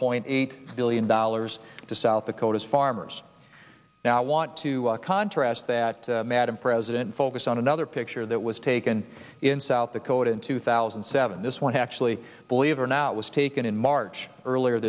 point eight billion dollars to south dakota's farmers now want to contrast that madam president focus on another picture that was taken in south dakota in two thousand and seven this was actually believe or not was taken in march earlier